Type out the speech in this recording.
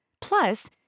Plus